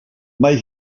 mae